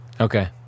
Okay